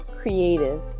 creative